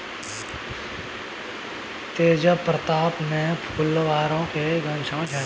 तेजपत्तामे फुलबरोधी, फंगसरोधी, जीवाणुरोधी गुण पाएल जाइ छै